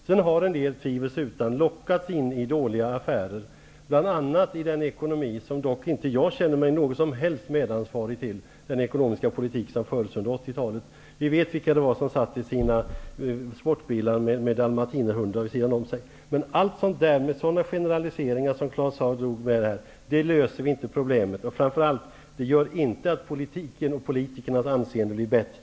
Sedan har en del tvivelsutan lockats in i dåliga affärer, bl.a. på grund av den ekonomiska politik som fördes under 80-talet, som jag dock inte känner mig något som helst medansvarig för. Vi vet vilka det var som satt i sina sportbilar med dalmatinerhundar vid sidan om sig. Men vi löser inte problemet med sådana generaliseringar som Claus Zaar gjorde. Och framför allt gör det inte att politikens och politikernas anseende blir bättre.